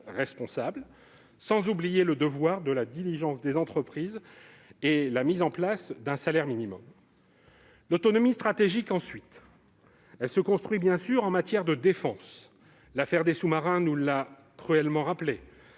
responsables, sans oublier le devoir de diligence des entreprises et la mise en place d'un salaire minimum. Ensuite, l'autonomie stratégique se construit bien sûr en matière de défense. L'affaire des sous-marins nous l'a cruellement rappelé